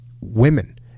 women